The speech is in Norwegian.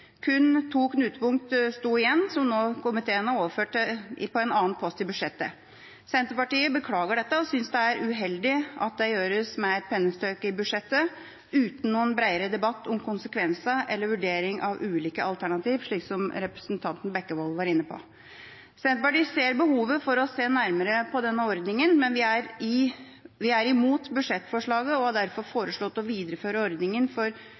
Kun to knutepunkt sto igjen – som komiteen nå har overført til en annen post i budsjettet. Senterpartiet beklager dette og synes det er uheldig at dette gjøres med et pennestrøk i budsjettet uten noen bredere debatt om konsekvensene eller vurdering av ulike alternativ, som representanten Bekkevold var inne på. Senterpartiet ser behovet for å se nærmere på ordninga, men vi er imot budsjettforslaget og har derfor foreslått å videreføre ordninga for